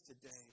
today